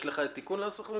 יש תיקון לנוסח?